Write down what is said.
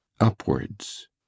upwards